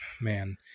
man